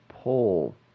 pull